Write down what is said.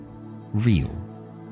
real